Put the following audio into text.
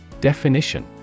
Definition